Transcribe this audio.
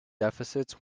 deficits